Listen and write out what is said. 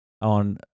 on